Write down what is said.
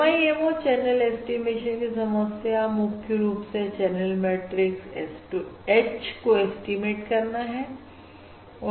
MIMO channel estimation की समस्या मुख्य रूप से चैनल मैट्रिक्स H को एस्टीमेट करना है